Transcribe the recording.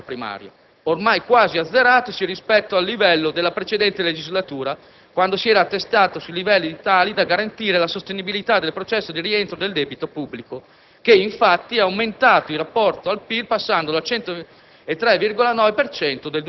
l'ulteriore decremento dell'avanzo primario, ormai quasi azzeratosi rispetto al livello della precedente legislatura, quando si era attestato su livelli tali da garantire la sostenibilità del processo di rientro del debito pubblico, che, infatti, è aumentato in rapporto al PIL, passando dal 103,9